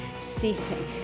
ceasing